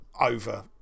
over